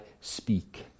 speak